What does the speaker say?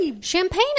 Champagne